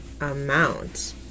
amount